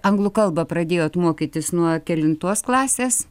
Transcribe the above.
anglų kalbą pradėjote mokytis nuo kelintos klasės